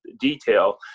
detail